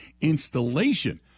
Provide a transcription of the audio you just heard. installation